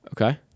Okay